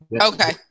Okay